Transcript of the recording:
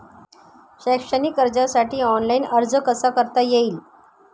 शैक्षणिक कर्जासाठी ऑनलाईन अर्ज कसा करता येईल?